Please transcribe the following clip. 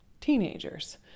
teenagers